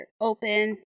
open